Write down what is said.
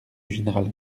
général